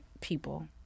people